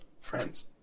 friends